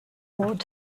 old